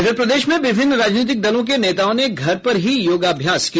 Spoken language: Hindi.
इधर प्रदेश में विभिन्न राजनीतिक दलों के नेताओं ने घर पर ही योगाभ्यास किया